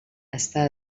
està